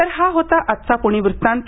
तर हा होता आजचा पुणे वृत्तांत